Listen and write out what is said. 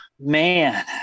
man